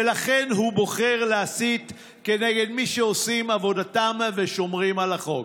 ולכן הוא בוחר להסית כנגד מי שעושים עבודתם ושומרים על החוק.